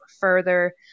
further